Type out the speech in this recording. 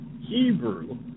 Hebrew